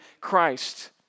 Christ